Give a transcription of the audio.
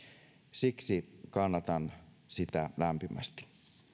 siksi kannatan sitä lämpimästi